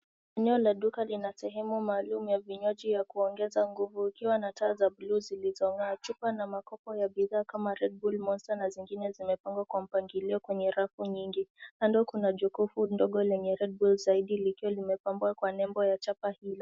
Eneo la duka lina sehemu maalumu ya vinywaji ya kuongeza nguvu, ikiwa na taa za blue zilizong'aa. Chupa na makopo ya bidhaa kama Redbull, Monster, na zingine zimepangwa kwa mpangilio kwenye rafu nyingi. Kando kuna jukufu ndogo la Redbull zaidi, likiwa limepambwa kwa nebo ya chapa hilo.